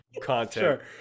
content